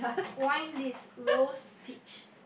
wine list rose peach